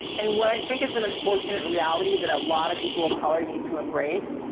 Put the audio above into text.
and what i think is an unfortunate reality that a lot of people of color need to embrace,